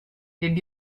did